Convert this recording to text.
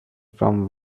from